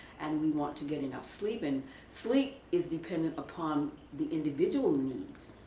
and we want to get enough sleep. and sleep is dependent upon the individual needs,